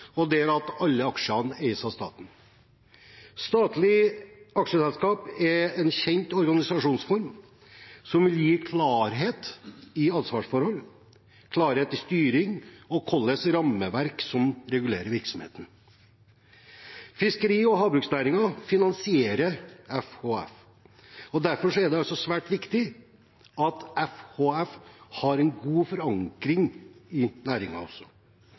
alle aksjene eies av staten. Statlig aksjeselskap er en kjent organisasjonsform, som gir klarhet i ansvarsforhold, klarhet i styring og klarhet i hvilket rammeverk som regulerer virksomheten. Fiskeri- og havbruksnæringen finansierer FHF. Derfor er det svært viktig at FHF har en god forankring i